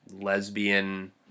lesbian